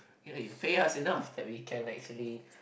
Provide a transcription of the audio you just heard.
ya then you pay us enough that we can actually